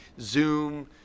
zoom